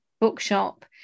bookshop